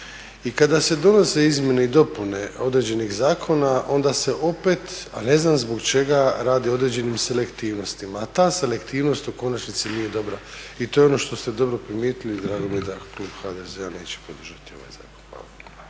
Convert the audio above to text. I kada se donose izmjene i dopune određenih zakona onda se opet, a ne znam zbog čega radi određenim selektivnostima. A ta selektivnost u konačnici nije dobra i to je ono što ste dobro primijetili i drago mi je da klub HDZ-a neće podržati ovaj zakon.